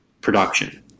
production